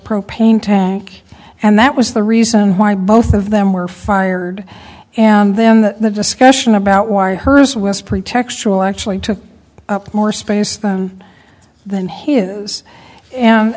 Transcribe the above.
propane tank and that was the reason why both of them were fired and then the discussion about why hearst west pretextual actually took up more space than he is and